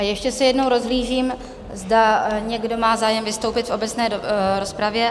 Ještě se jednou rozhlížím, zda někdo má zájem vystoupit v obecné rozpravě?